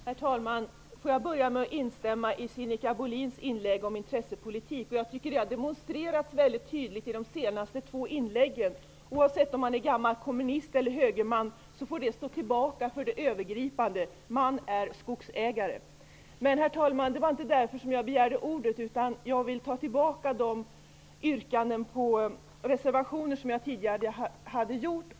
Herr talman! Jag vill börja med att instämma i Intressepolitiken har demonstrerats väldigt tydligt i de senaste inläggen. Det faktum att man är gammal kommunist eller högerman får stå tillbaka för det övergripande: man är skogsägare. Herr talman! Det var inte för att säga detta som jag begärde ordet. Jag vill ta tillbaka de yrkanden om bifall till reservationer som jag gjorde tidigare.